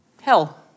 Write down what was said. hell